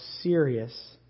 serious